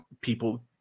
people